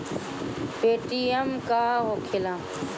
Paytm का होखेला?